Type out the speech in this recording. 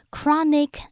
Chronic